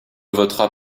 votera